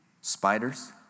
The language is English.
spiders